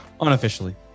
Unofficially